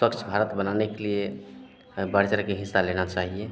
स्वच्छभारत बनाने के लिए हमें बढ़ चढ़कर हिस्सा लेना चाहिए